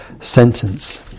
sentence